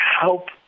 help